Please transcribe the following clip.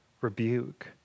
rebuke